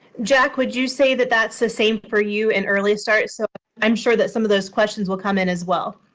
jack, would you say that that's the same for you in early start? so i'm sure that some of those questions will come in as well?